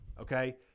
Okay